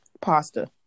pasta